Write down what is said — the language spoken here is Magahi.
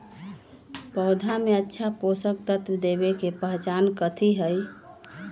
पौधा में अच्छा पोषक तत्व देवे के पहचान कथी हई?